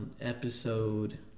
episode